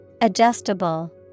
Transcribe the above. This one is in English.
Adjustable